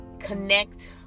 connect